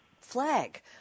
flag